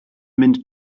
mynd